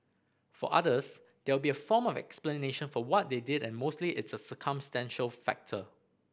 for others there will be a form of explanation for what they did and mostly it's a circumstantial factor